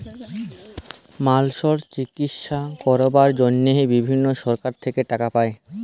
মালসর চিকিশসা ক্যরবার জনহে বিভিল্ল্য সরকার থেক্যে টাকা পায়